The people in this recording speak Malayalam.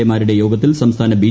എമാരുടെ യോഗത്തിൽ സംസ്ഥാന ബി